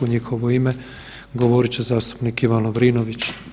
U njihovo ime govorit će zastupnik Ivan Lovrinović.